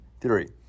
Theory